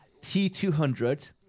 T200